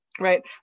right